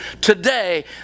today